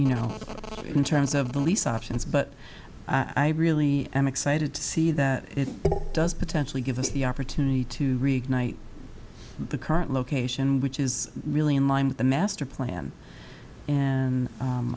know in terms of the lease options but i really am excited to see that it does potentially give us the opportunity to rig night at the current location which is really in line with the master plan and